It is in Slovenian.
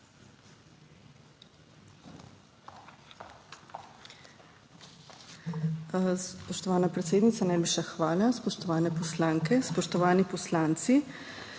Spoštovana predsednica, najlepša hvala! Spoštovane poslanke, spoštovani poslanci!